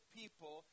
people